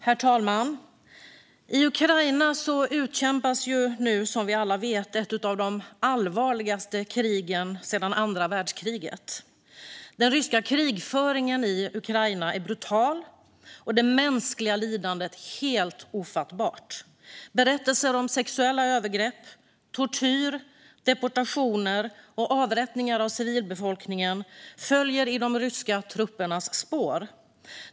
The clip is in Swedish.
Herr talman! I Ukraina utkämpas nu, som vi alla vet, ett av de allvarligaste krigen sedan andra världskriget. Den ryska krigföringen i Ukraina är brutal och det mänskliga lidandet helt ofattbart. Berättelser om sexuella övergrepp, tortyr, deportationer och avrättningar av civilbefolkning följer i de ryska truppernas spår.